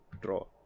draw